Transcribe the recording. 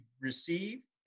receive